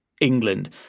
England